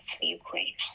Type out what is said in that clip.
Ukraine